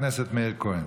חבר הכנסת מאיר כהן.